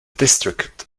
district